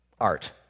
art